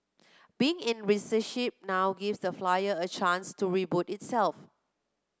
being in receivership now gives the Flyer a chance to reboot itself